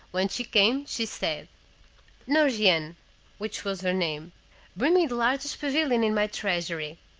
when she came, she said nourgihan which was her name bring me the largest pavilion in my treasury.